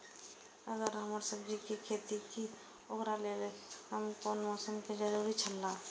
अगर हम सब्जीके खेती करे छि ओकरा लेल के हन मौसम के जरुरी छला?